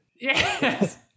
Yes